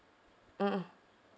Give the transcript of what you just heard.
mmhmm